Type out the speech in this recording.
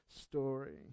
story